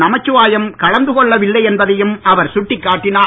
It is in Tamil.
நமச்சிவாயம் கலந்து கொள்ளவில்லை என்பதையும் அவர் சுட்டிக்காட்டினார்